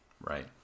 Right